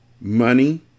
money